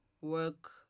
work